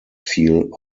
feel